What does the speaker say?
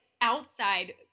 outside